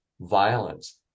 violence